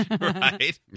Right